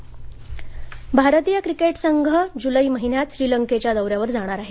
cricket दौरा भारतीय cricket संघ जुलै महिन्यात श्रीलंकेच्या दौऱ्यावर जाणार आहे